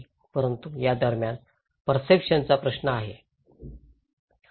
परंतु यादरम्यान पर्सेप्शन चा प्रश्न आहे